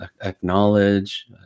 acknowledge